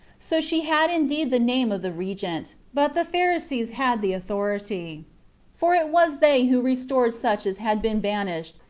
so she had indeed the name of the regent, but the pharisees had the authority for it was they who restored such as had been banished,